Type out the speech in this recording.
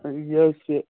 آ یہِ حظ یہِ